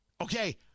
Okay